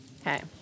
Okay